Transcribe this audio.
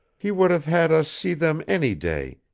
he would have had us see them any day,